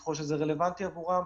ככל שזה רלוונטי עבורם,